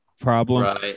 problem